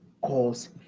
cause